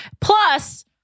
Plus